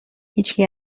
هیچکی